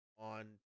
on